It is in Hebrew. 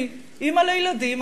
אני אמא לילדים,